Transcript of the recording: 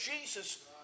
Jesus